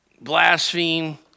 blaspheme